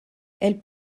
elles